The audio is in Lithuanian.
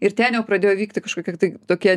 ir ten jau pradėjo vykti kažkokie tai tokie